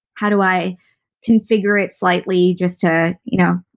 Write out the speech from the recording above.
how do i configure it slightly just to, you know,